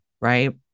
right